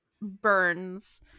burns